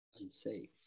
unsafe